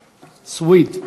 היושב-ראש, זה סוִיד.